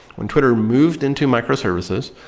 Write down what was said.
when twitter moved into microservices,